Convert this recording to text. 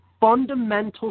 fundamental